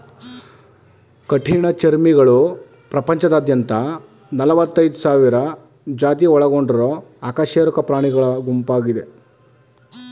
ಕಠಿಣಚರ್ಮಿಗಳು ಪ್ರಪಂಚದಾದ್ಯಂತ ನಲವತ್ತೈದ್ ಸಾವಿರ ಜಾತಿ ಒಳಗೊಂಡಿರೊ ಅಕಶೇರುಕ ಪ್ರಾಣಿಗುಂಪಾಗಯ್ತೆ